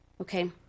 Okay